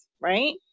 right